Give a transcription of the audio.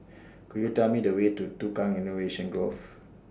Could YOU Tell Me The Way to Tukang Innovation Grove